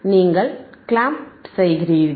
நீங்கள் க்ளாம்ப் செய்கிறீர்கள்